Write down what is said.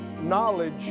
knowledge